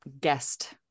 guest